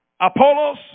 Apollos